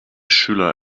schüler